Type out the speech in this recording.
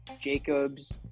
Jacobs